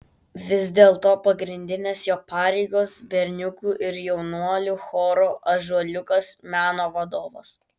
vis dėlto pagrindinės jo pareigos berniukų ir jaunuolių choro ąžuoliukas meno vadovas